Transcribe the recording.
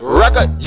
record